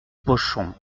pochon